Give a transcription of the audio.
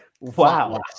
Wow